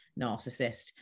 narcissist